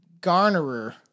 Garnerer